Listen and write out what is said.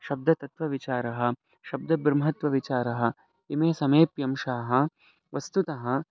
शब्दतत्त्वविचारः शब्दब्रह्मत्वविचारः इमे सामीप्यांशाः वस्तुतः